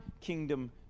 kingdom